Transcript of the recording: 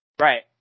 Right